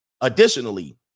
Additionally